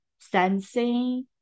sensing